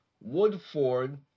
Woodford